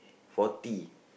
forty